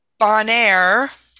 Bonaire